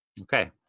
Okay